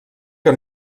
que